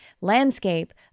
landscape